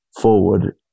forward